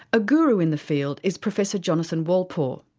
a guru in the field is professor jonathan wolpaw,